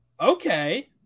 Okay